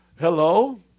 Hello